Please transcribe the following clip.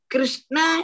Krishna